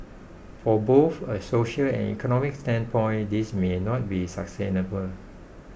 from both a social and economic standpoint this may not be sustainable